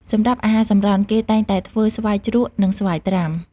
សម្រាប់អាហារសម្រន់ គេតែងតែធ្វើ ស្វាយជ្រក់ និង ស្វាយត្រាំ។